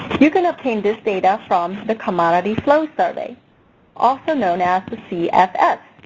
you can obtain this data from the commodity flow survey also known as the cfs.